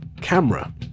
Camera